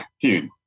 dude